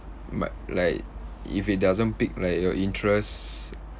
but like if it doesn't pique like your interest